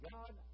God